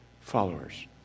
followers